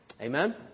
Amen